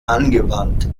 angewandt